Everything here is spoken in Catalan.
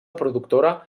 productora